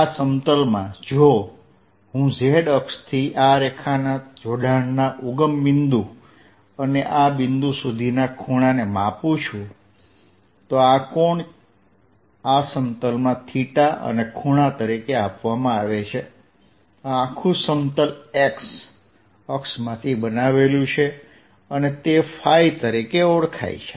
આ સમતલમાં જો હું z અક્ષથી આ રેખાના જોડાણના ઉગમ બિંદુ અને આ બિંદુ સુધીના ખૂણાને માપું છું તો આ કોણ આ સમતલમાં અને ખૂણા તરીકે આપવામાં આવે છે આ આખું સમતલ x અક્ષમાંથી બનાવેલું છે અને તે ϕતરીકે ઓળખાય છે